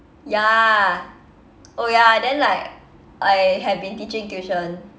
ya oh ya then like I have been teaching tuition